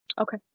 Okay